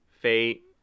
Fate